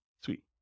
Sweet